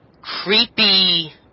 creepy